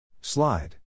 Slide